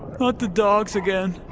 not the dogs again.